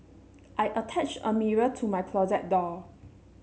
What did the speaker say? I attached a mirror to my closet door